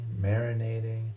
marinating